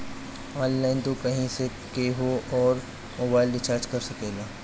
online तू कहीं से केहू कअ मोबाइल रिचार्ज कर सकेला